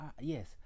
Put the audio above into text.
yes